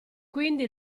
quindi